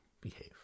Behave